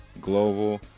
global